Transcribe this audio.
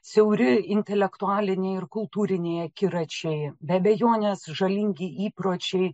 siauri intelektualiniai ir kultūriniai akiračiai be abejonės žalingi įpročiai